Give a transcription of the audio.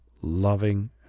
loving